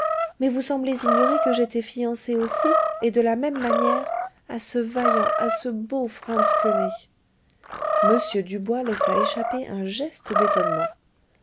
mais vous semblez ignorer que j'étais fiancée aussi et de la même manière à ce vaillant à ce beau franz koënig m dubois laissa échapper un geste d'étonnement